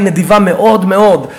היא נדיבה מאוד מאוד.